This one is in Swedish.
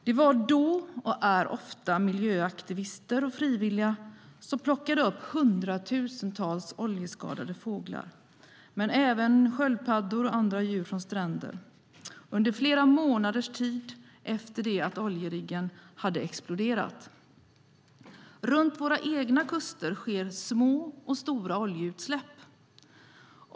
Det var då, och är ofta, miljöaktivister och frivilliga som plockade upp hundratusentals oljeskadade fåglar men även sköldpaddor och andra djur från stränderna under flera månaders tid efter det att oljeriggen hade exploderat. Runt våra egna kuster sker små och stora oljeutsläpp.